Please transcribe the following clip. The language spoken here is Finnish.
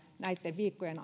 näitten viikkojen